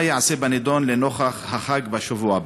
3. מה ייעשה בנדון, לנוכח החג בשבוע הבא?